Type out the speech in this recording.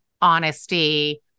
honesty